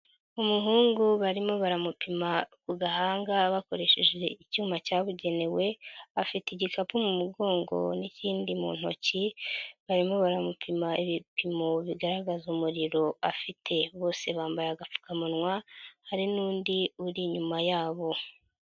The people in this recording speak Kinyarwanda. Umuhungu barimo baramupima ku gahanga bakoresheje icyuma cyabugenewe, afite igikapu mu mugongo n'ikindi mu ntoki, barimo baramupima ibipimo bigaragaza umuriro afite. Bose bambaye agapfukamunwa, hari n'undi uri inyuma yabo.